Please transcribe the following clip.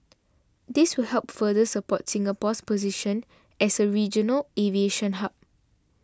this will help further support Singapore's position as a regional aviation hub